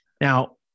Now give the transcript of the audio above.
Now